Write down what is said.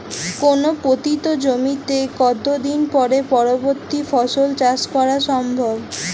কোনো পতিত জমিতে কত দিন পরে পরবর্তী ফসল চাষ করা সম্ভব?